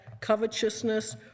covetousness